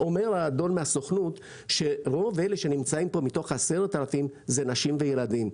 אומר האדון מהסוכנות שרוב אלה שנמצאים פה מתוך 10,000 זה נשים וילדים.